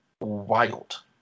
wild